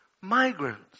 migrants